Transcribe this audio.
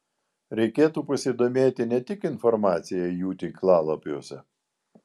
reikėtų pasidomėti ne tik informacija jų tinklalapiuose